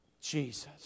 Jesus